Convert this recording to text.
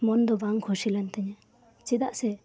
ᱢᱚᱱᱫᱚ ᱵᱟᱝ ᱠᱩᱥᱤ ᱞᱮᱱ ᱛᱤᱧᱟᱹ ᱪᱮᱫᱟᱜ ᱥᱮ